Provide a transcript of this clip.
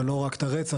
ולא רק את הרצח,